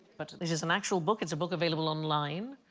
but this is an actual book. it's a book available online.